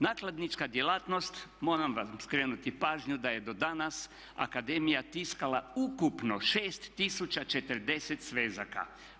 Nakladnička djelatnost moram vam skrenuti pažnju da je do danas akademija tiskala ukupno 6 040 svezaka.